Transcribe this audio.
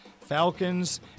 Falcons